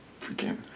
freaking